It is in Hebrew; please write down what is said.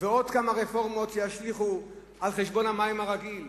ועוד כמה רפורמות שישליכו על חשבון המים הרגיל.